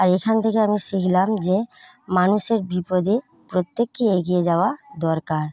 আর এখন থেকে আমি শিখলাম যে মানুষের বিপদে প্রত্যেককেই এগিয়ে যাওয়া দরকার